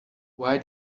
why